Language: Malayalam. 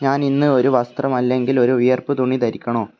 ഞാൻ ഇന്ന് ഒരു വസ്ത്രം അല്ലെങ്കില് ഒരു വിയര്പ്പ് തുണി ധരിക്കണോ